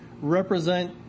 represent